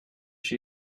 she